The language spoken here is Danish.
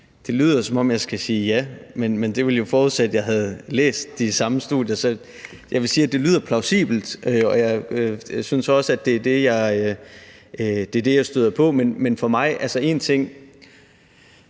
Det lyder, som om jeg skal sige ja, men det ville jo forudsætte, at jeg havde læst de samme studier. Så jeg vil sige, at det lyder plausibelt, og jeg synes også, at det er det, jeg støder på. Men forstå mig rigtigt: